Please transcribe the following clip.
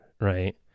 right